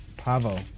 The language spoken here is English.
Pavo